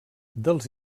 dels